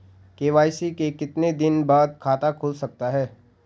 KYC के कितने दिन बाद खाता खुल सकता है?